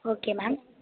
okay ma'am